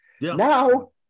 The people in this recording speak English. now